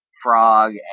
frog